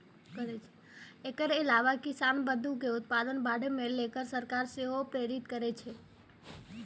एकर अलावा किसान बंधु कें उत्पादन बढ़ाबै लेल सरकार सेहो प्रेरित करै छै